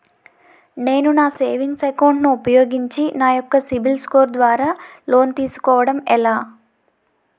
నేను నా savings account ను ఉపయోగించి నా యెక్క సిబిల్ స్కోర్ ద్వారా లోన్తీ సుకోవడం ఎలా?